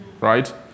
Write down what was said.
Right